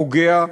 פוגע,